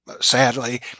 Sadly